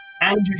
Andrew